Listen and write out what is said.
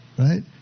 right